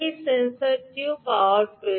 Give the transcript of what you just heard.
এই সেন্সরটিরও পাওয়ার প্রয়োজন